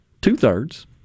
two-thirds